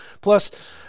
plus